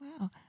Wow